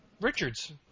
Richard's